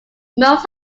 most